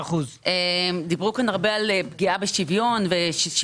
דיברו כאן הרבה על פגיעה בשוויון וכי